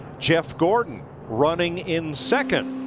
jeff gordon running in second.